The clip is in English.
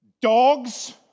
dogs